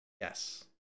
Yes